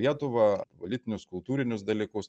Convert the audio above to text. lietuvą politinius kultūrinius dalykus